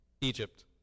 Egypt